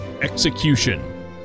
Execution